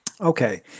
Okay